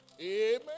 Amen